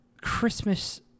Christmas